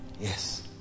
yes